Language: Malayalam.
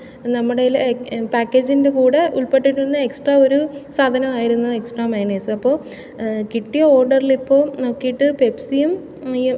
നമ്മുടെയിൽ പാക്കേജിൻ്റെ കൂടെ ഉൾപ്പെട്ടിട്ടുള്ള എക്സ്ട്രാ ഒരു സാധനമായിരുന്നു എക്സ്ട്രാ മയണൈസ്സ് അപ്പോൾ കിട്ടിയ ഓഡ്റിൽ ഇപ്പോൾ നോക്കിയിട്ട് പെപ്സിയും ഈ